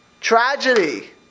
Tragedy